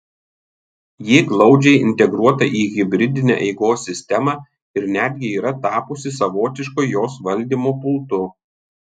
ji glaudžiai integruota į hibridinę eigos sistemą ir netgi yra tapusi savotišku jos valdymo pultu